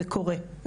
זה קורה,